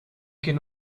can